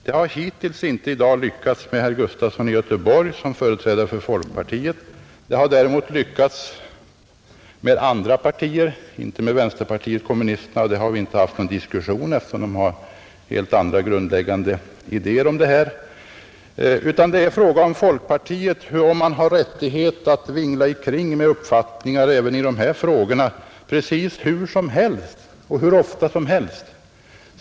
Det har hittills i dag inte lyckats med herr Gustafson i Göteborg som företrädare för folkpartiet. Det har däremot lyckats med andra partier, om jag nu bortser från vänsterpartiet kommunisterna som ju också har reserverat sig. Folkpartiet vinglar omkring med uppfattningar precis hur som helst och hur ofta som helst.